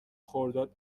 خرداد